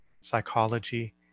psychology